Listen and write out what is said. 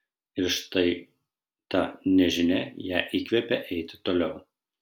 ir štai ta nežinia ją įkvepia eiti toliau